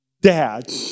dad